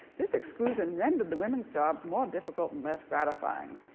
this exclusion rendered the women's jobs more difficult and less gratifying.